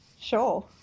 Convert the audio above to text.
Sure